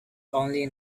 only